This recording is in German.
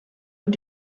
und